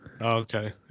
okay